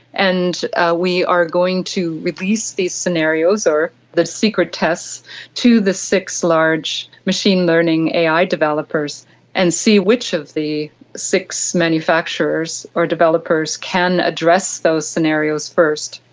and we are going to release these scenarios or the secret tests to the six large machine learning ai developers and see which of the six manufacturers or developers can address those scenarios first.